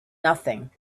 nothing